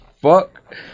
fuck